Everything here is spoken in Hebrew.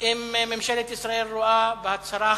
אם ממשלת ישראל רואה בהצהרה,